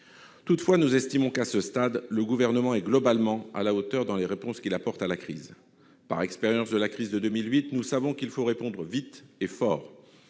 estimons pourtant que, à ce stade, le Gouvernement est globalement à la hauteur dans les réponses qu'il apporte à la crise. Par expérience de la crise de 2008, nous savons qu'il faut répondre vite et fort.